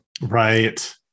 Right